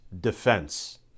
defense